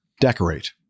decorate